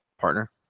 Partner